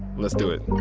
let's do it